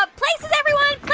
ah places, everyone.